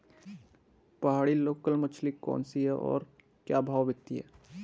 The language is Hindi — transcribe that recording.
पहाड़ी लोकल मछली कौन सी है और क्या भाव बिकती है?